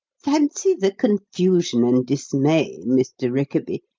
fancy the confusion and dismay, mr. rickaby,